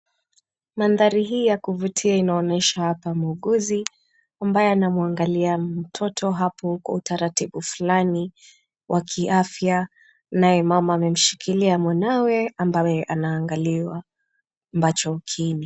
Mandhari hii ya kuvutia inaonyesha hapa muuguzi ambaye anamwangalia mtoto hapo kwa utaratibu fulani wa kiafya, naye mama amemshikilia mtoto ambaye anaangaliwa mbachokini.